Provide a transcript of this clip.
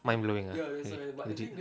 mind blowing ah legit